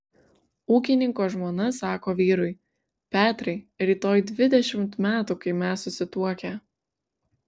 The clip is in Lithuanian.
ūkininko žmona sako vyrui petrai rytoj dvidešimt metų kai mes susituokę